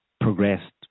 progressed